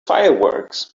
fireworks